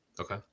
Okay